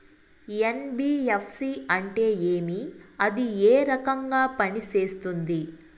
NBFC అంటే ఏమి అది ఏ రకంగా పనిసేస్తుంది